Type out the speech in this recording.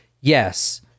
Yes